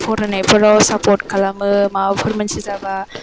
फरायनाइफोराव सापद खालामो माबाफोर मोनसे जाबा